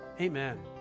Amen